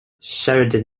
sheridan